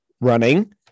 running